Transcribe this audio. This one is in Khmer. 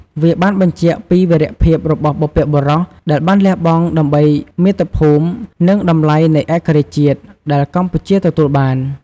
វាបានបញ្ជាក់ពីវីរភាពរបស់បុព្វបុរស ដែលបានលះបង់ដើម្បីមាតុភូមិ និងតម្លៃនៃឯករាជ្យជាតិ ដែលកម្ពុជាទទួលបាន។